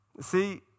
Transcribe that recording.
See